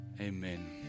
Amen